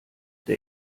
der